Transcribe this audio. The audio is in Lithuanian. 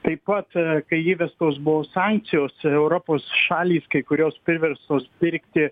taip pat kai įvestos buvo sankcijos europos šalys kai kurios priverstos pirkti